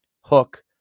Hook